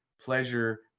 pleasure